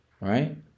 Right